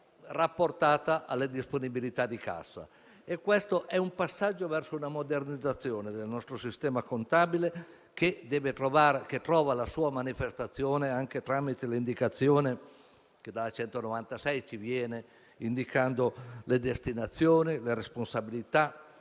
rapportata comunque alle disponibilità di cassa. Questo è un passaggio verso una modernizzazione del nostro sistema contabile che trova la sua manifestazione anche tramite l'indicazione che ci viene dalla legge n. 196 del 2009, indicando le destinazioni, le responsabilità